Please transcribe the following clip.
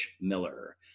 miller